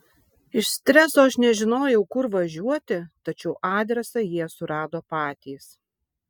iš streso aš nežinojau kur važiuoti tačiau adresą jie surado patys